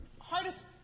hardest